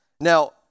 Now